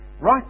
right